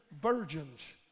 virgins